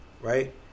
Right